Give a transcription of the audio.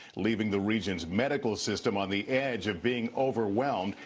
leaving the region's medical system on the edge of being overwhelmed.